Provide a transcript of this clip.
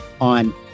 on